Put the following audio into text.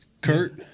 Kurt